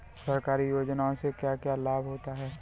सरकारी योजनाओं से क्या क्या लाभ होता है?